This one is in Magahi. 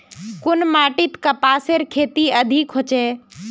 कुन माटित कपासेर खेती अधिक होचे?